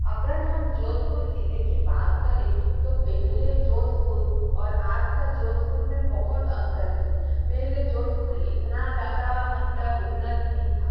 अगर हम जोधपुर जिले की बात करें तो पहले जोधपुर और आज का जोधपुर में बहुत अंतर है पहले जोधपुर इतना ज़्यादा मतलब उन्नत नहीं था